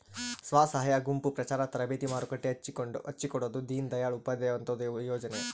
ಸ್ವಸಹಾಯ ಗುಂಪು ಪ್ರಚಾರ ತರಬೇತಿ ಮಾರುಕಟ್ಟೆ ಹಚ್ಛಿಕೊಡೊದು ದೀನ್ ದಯಾಳ್ ಉಪಾಧ್ಯಾಯ ಅಂತ್ಯೋದಯ ಯೋಜನೆ